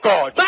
God